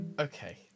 Okay